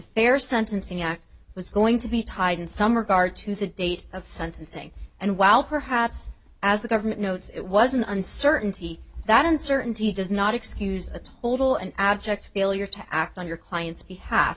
fair sentencing act was going to be tied in some regard to the date of sentencing and while perhaps as the government notes it was an uncertainty that uncertainty does not excuse a total and abject failure to act on your client's behalf